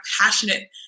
passionate